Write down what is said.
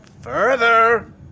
further